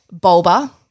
Bulba